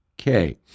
Okay